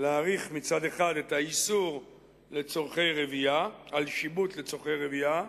להאריך מצד אחד את האיסור על שיבוט לצורכי רבייה,